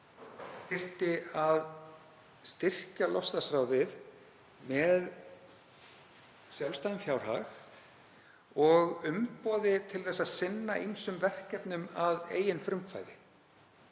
þyrfti að styrkja loftslagsráðið með sjálfstæðum fjárhag og umboði til að sinna ýmsum verkefnum að eigin frumkvæði,